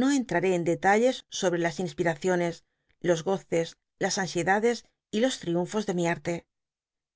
no entraré en detalles sobl'c las inspiraciones los goces las ansiedades y los triun fos de mi arte